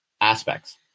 aspects